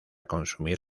consumir